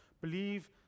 believe